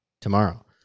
Tomorrow